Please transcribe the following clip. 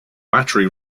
battery